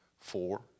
four